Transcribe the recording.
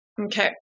Okay